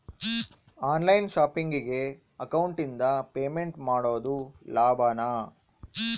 On line ಶಾಪಿಂಗಿಗೆ ಅಕೌಂಟಿಂದ payment ಮಾಡೋದು ಲಾಭಾನ?